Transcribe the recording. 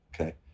Okay